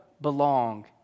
belong